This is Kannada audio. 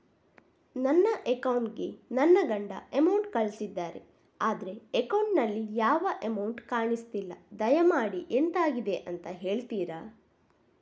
ನನ್ನ ಅಕೌಂಟ್ ಗೆ ನನ್ನ ಗಂಡ ಅಮೌಂಟ್ ಕಳ್ಸಿದ್ದಾರೆ ಆದ್ರೆ ಅಕೌಂಟ್ ನಲ್ಲಿ ಯಾವ ಅಮೌಂಟ್ ಕಾಣಿಸ್ತಿಲ್ಲ ದಯಮಾಡಿ ಎಂತಾಗಿದೆ ಅಂತ ಹೇಳ್ತೀರಾ?